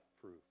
proof